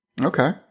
okay